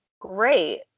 Great